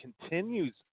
continues